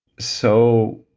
so,